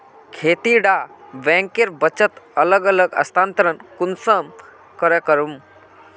खेती डा बैंकेर बचत अलग अलग स्थानंतरण कुंसम करे करूम?